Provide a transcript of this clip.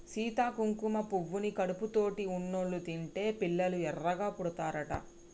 సీత కుంకుమ పువ్వుని కడుపుతోటి ఉన్నోళ్ళు తింటే పిల్లలు ఎర్రగా పుడతారట